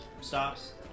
stops